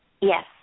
Yes